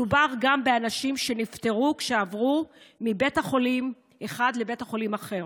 מדובר גם באנשים שנפטרו כשעברו מבית חולים אחד לבית חולים אחר.